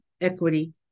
Equity